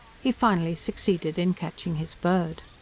he finally succeeded in catching his bird.